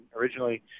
originally